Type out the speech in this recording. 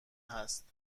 هست